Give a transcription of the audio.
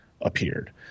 appeared